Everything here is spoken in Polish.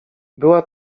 była